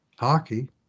Hockey